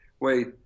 Wait